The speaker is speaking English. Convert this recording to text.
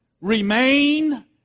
remain